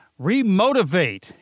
Remotivate